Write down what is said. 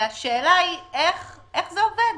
השאלה היא איך זה עובד?